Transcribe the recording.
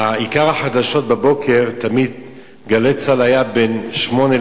עיקר החדשות בבוקר ב"גלי צה"ל" היו בין 08:00